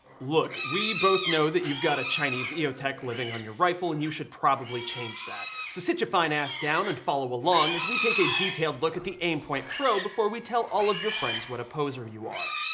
look, we both know that you've got a chinese eo tech living on your rifle and you should probably change that. so sit ya fine ass down and follow along as we take a detailed look at the aimpoint pro before we tell all of your friends what a poser you are.